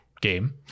game